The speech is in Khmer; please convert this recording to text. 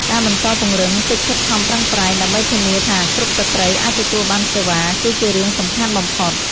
ការបន្តពង្រឹងកិច្ចខិតខំប្រឹងប្រែងដើម្បីធានាថាគ្រប់ស្ត្រីអាចទទួលបានសេវា គឺជារឿងសំខាន់បំផុត។